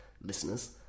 listeners